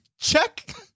check